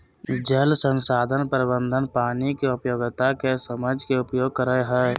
जल संसाधन प्रबंधन पानी के उपयोगिता के समझ के उपयोग करई हई